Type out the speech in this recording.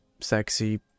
sexy